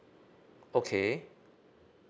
okay